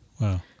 Wow